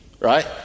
right